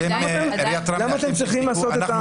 למה אתם צריכים לעשות את --- אנחנו